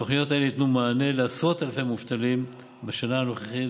תוכניות אלו ייתנו מענה לעשרות אלפי מובטלים בשנה הנוכחית,